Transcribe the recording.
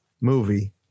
movie